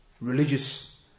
religious